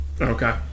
Okay